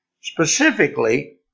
specifically